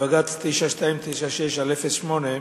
בבג"ץ 9296/08,